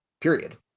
period